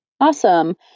Awesome